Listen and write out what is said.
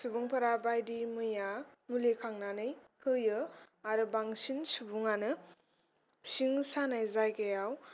सुबुंफोरा बायदि मैया मुलि खांनानै होयो आरो बांसिन सुबुङानो सिं सानाय जायगायाव